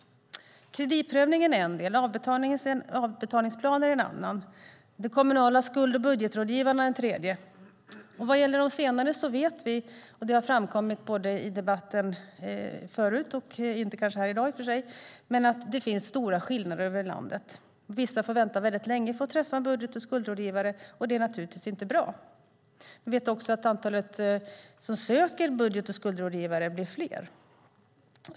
Kreditprövning är en del, avbetalningsplaner en annan. De kommunala budget och skuldrådgivarna är en tredje. Vad gäller de senare vet vi - det har framkommit i debatten tidigare - att det finns stora skillnader över landet. Vissa får vänta väldigt länge på att träffa en budget och skuldrådgivare, och det är naturligtvis inte bra. Vi vet också att de som söker budget och skuldrådgivare blir fler.